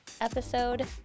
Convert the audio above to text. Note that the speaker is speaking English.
episode